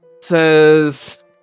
says